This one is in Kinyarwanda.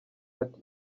ati